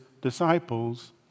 disciples